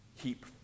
keep